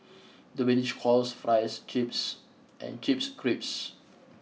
the British calls fries chips and chips crisps